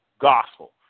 gospel